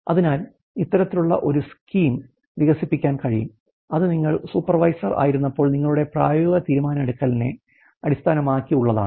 അതിനാൽ ഇത്തരത്തിലുള്ള ഒരു സ്കീം വികസിപ്പിക്കാൻ കഴിയും അത് നിങ്ങൾ സൂപ്പർവൈസർ ആയിരുന്നപ്പോൾ നിങ്ങളുടെ പ്രായോഗിക തീരുമാനമെടുക്കലിനെ അടിസ്ഥാനമാക്കിയുള്ളതാണ്